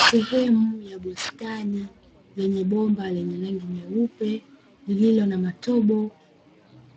Sehemu ya bustani yenye bomba lenye rangi nyeupe, lililo na matobo